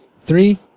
three